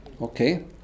okay